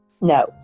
No